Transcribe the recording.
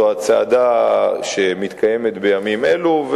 זו הצעדה שמתקיימת בימים אלו,